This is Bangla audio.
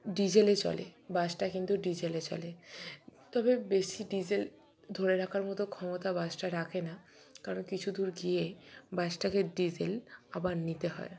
ডিজেলে চলে বাসটা কিন্তু ডিজেলে চলে তবে বেশি ডিজেল ধরে রাখার মতো ক্ষমতা বাসটা রাখে না কারণ কিছু দূর গিয়ে বাসটাকে ডিজেল আবার নিতে হয়